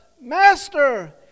Master